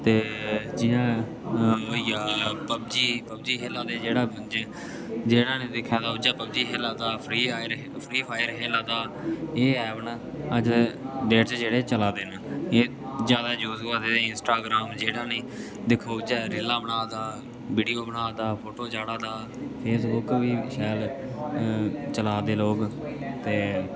ते जि'यां होइया पब जी पब जी खे'ल्ला दे जेह्ड़ा बी दिक्खो ते पब जी खे'ल्ला दा फ्री फायर खे'ल्ला दा एह् ऐप न जेह्ड़े अज्जकल डेट च चला दे न एह् जादा यूज़ होआ दे इंस्टाग्राम जेह्ड़ा निं दिक्खो उ'यै रीलां बना दा वीडियो बना दा फोटो चाढ़ा दा फेसबुक बी शैल चला दे लोग ते